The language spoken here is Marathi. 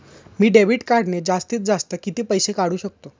मी डेबिट कार्डने जास्तीत जास्त किती पैसे काढू शकतो?